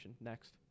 Next